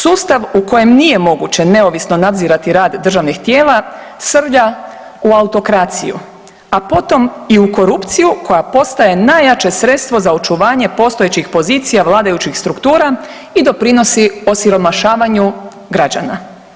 Sustav u kojem nije moguće neovisno nadzirati rad državnih tijela srlja u autokraciju, a potom i u korupciju koja postaje najjače sredstvo za očuvanje postojećih pozicija vladajućih struktura i doprinosi osiromašavanju građana.